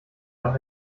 doch